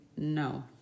No